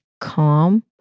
calm